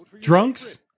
drunks